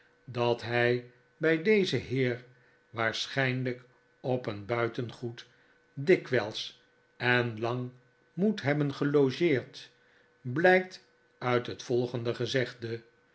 dat hij bij dezen heer waarschijniijk op een buitengoed dikwijls en lang moet hebben gelogeerd blijkt uit het volgende gezegde